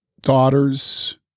daughters